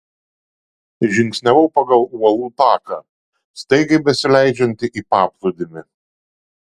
žingsniavau pagal uolų taką staigiai besileidžiantį į paplūdimį